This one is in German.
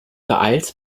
beeilst